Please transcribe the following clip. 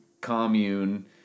commune